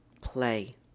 play